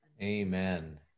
Amen